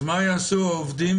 אז מה יעשו העובדים?